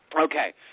Okay